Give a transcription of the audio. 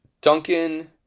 Duncan